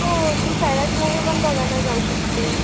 हो तू सैराट मूव्ही पण बघायला जाऊ शकते